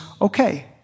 okay